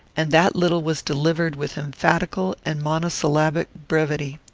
and that little was delivered with emphatical and monosyllabic brevity.